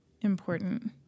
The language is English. important